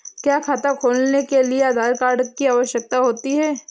क्या खाता खोलने के लिए आधार कार्ड की आवश्यकता होती है?